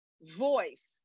voice